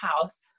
house